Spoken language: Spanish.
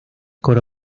coro